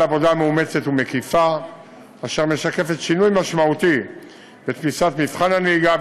עבודה מאומצת ומקיפה אשר משקפת שינוי משמעותי בתפיסת מבחן הנהיגה,